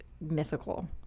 mythical